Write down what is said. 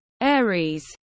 Aries